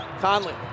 Conley